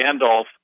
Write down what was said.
Gandalf